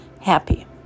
happy